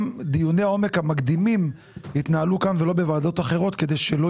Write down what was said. גם דיוני העומק המקדימים יתנהלו כאן ולא בוועדות אחרות כדי שלא